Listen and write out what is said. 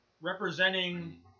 representing